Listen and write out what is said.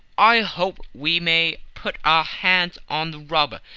i hope we may put our hands on the robber.